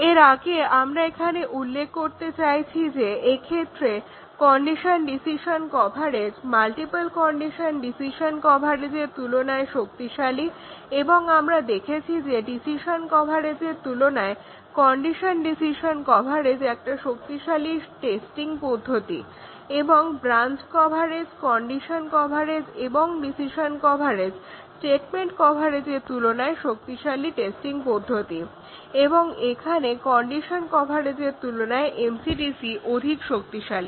এর আগে আমার এখানে উল্লেখ করতে চাইছি যে এক্ষেত্রে condition decision coverage multiple condition decision কভারেজের তুলনায় শক্তিশালী কভারেজ এবং আমরা দেখেছি যে ডিসিশন কভারেজের তুলনায় কন্ডিশন ডিসিশন কভারেজ একটা শক্তিশালী টেস্টিং পদ্ধতি এবং ব্রাঞ্চ কভারেজে কন্ডিশন কভারেজ এবং ডিসিশন কভারেজ স্টেটমেন্ট কভারেজের তুলনায় শক্তিশালী টেস্টিং এবং এখানে কন্ডিশন কভারেজের তুলনায় MCDC অধিক শক্তিশালী